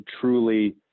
truly